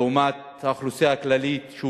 לעומת האוכלוסייה הכללית,